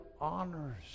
honors